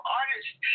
artists